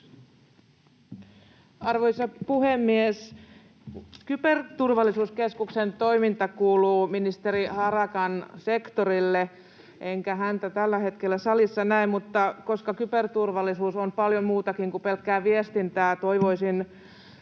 Arvoisa puhemies! Kyberturvallisuuskeskuksen toiminta kuuluu ministeri Harakan sektorille, enkä häntä tällä hetkellä salissa näe, mutta koska kyberturvallisuus on paljon muutakin kuin pelkkää viestintää, toivoisin